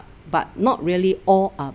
but not really all are